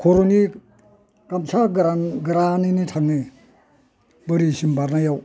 खर'नि गामसा गोरान गोरानैनो थाङो बोरिसिम बारनायाव